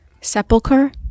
Sepulcher